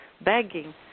begging